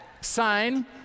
sign